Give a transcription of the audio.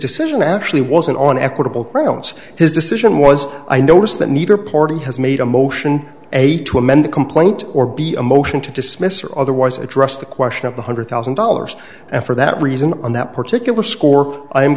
decision actually wasn't on equitable grounds his decision was i notice that neither party has made a motion a to amend the complaint or be a motion to dismiss or otherwise address the question of the hundred thousand dollars and for that reason on that particular score i